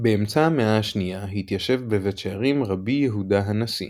באמצע המאה ה-2 התיישב בבית שערים רבי יהודה הנשיא.